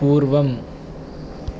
पूर्वम्